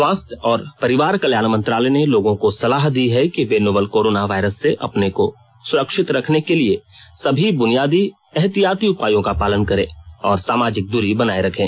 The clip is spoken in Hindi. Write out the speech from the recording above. स्वास्थ्य और परिवार कल्याण मंत्रालय ने लोगों को सलाह दी है कि वे नोवल कोरोना वायरस से अपने को सुरक्षित रखने के लिए सभी बुनियादी एहतियाती उपायों का पालन करें और सामाजिक दूरी बनाए रखें